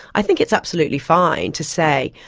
i think it's absolutely fine to say,